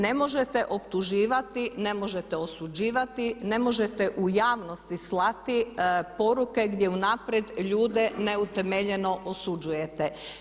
Ne možete optuživati, ne možete osuđivati, ne možete u javnosti slati poruke gdje unaprijed ljude neutemeljeno osuđujete.